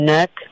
neck